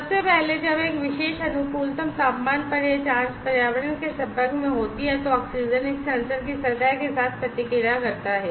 सबसे पहले जब एक विशेष अनुकूलतम तापमान पर यह जांच पर्यावरण के संपर्क में होती है तो ऑक्सीजन इस सेंसर की सतह के साथ प्रतिक्रिया करता है